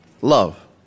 Love